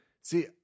See